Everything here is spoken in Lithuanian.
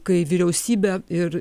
kai vyriausybė ir